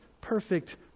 perfect